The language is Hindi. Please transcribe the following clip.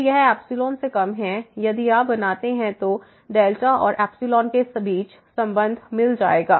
तो यह से कम है यदि आप बनाते हैं तो हमें और के बीच संबंध मिल जाएगा